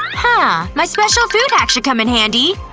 ah my special food hack should come in handy.